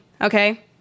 okay